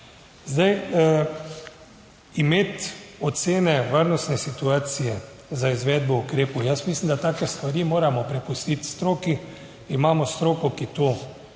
Zdaj imeti ocene varnostne situacije za izvedbo ukrepov, jaz mislim, da take stvari moramo prepustiti stroki. Imamo stroko, ki to vodi,